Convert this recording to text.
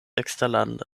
eksterlande